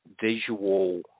visual